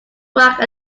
rock